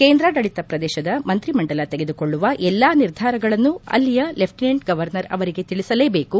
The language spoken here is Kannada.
ಕೇಂದ್ರಾಡಳಿತ ಪ್ರದೇಶದ ಮಂತ್ರಿ ಮಂಡಲ ತೆಗೆದುಕೊಳ್ಳುವ ಎಲ್ಲಾ ನಿರ್ಧಾರಗಳನ್ನು ಅಲ್ಲಿಯ ಲೆಫ್ಟಿನೆಂಟ್ ಗೌವರ್ನರ್ ಅವರಿಗೆ ತಿಳಿಸಲೇಬೇಕು